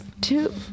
Two